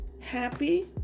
happy